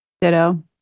Ditto